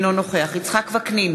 אינו נוכח יצחק וקנין,